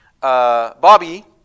Bobby